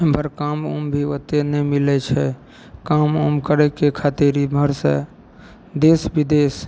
एमहर काम उम भी ओत्ते नहि मिलय छै काम उम करयके खातिर एमहरसँ देश विदेश